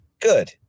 good